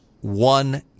one